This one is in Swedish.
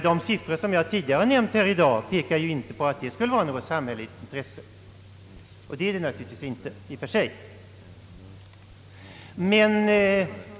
De siffror som jag tidigare har nämnt här i dag pekar ju inte på att detta skulle vara något samhälleligt intresse, och det är det naturligtvis inte i och för sig.